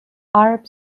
arab